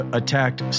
attacked